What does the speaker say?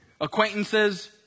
acquaintances